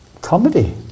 comedy